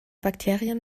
bakterien